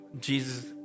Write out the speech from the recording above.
Jesus